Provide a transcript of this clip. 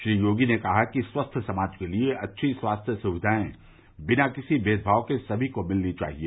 श्री योगी ने कहा कि स्वस्थ समाज के लिए अच्छी स्वास्थ्य सुविघाएं बिना किसी भेदभाव के सभी को मिलनी चाहिए